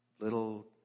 little